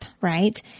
right